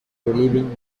revealing